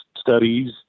studies